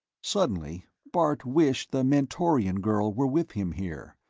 suddenly, bart wished the mentorian girl were with him here.